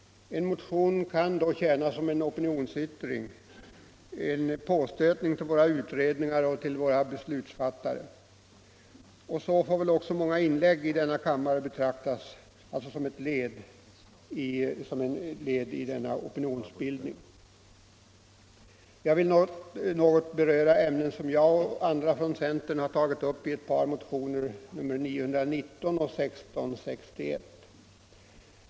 En motion kan då tjäna som opinionsyttring, en påstötning till våra utredningar och beslutsfattare. Så får väl också många inlägg i denna kammare betraktas — som ett led i denna opinionsbildning. Jag vill något beröra ämnen som jag och andra ledamöter från centern har tagit upp i ett par motioner, nr 919 och nr 1661.